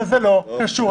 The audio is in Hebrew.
אבל זה לא קשור לנורבגי.